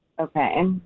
Okay